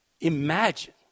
Imagine